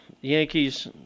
Yankees